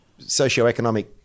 socioeconomic